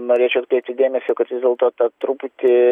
norėčiau atkreipti dėmesį kad vis dėlto ta truputį